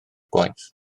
gwaith